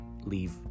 leave